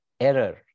error